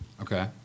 Okay